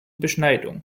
beschneidung